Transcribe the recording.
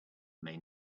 may